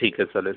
ठीक आहे चालेल